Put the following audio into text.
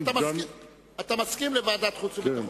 אז אתה מסכים לוועדת החוץ והביטחון.